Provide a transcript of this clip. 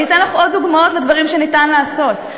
אני אתן לך עוד דוגמאות לדברים שניתן לעשות.